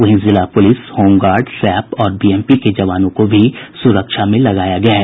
वहीं जिला police home guard SAP और बीएमपी के जवानों को भी सुरक्षा में लगाया गया है